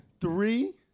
three